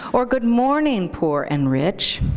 or good morning, poor and rich.